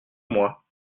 moi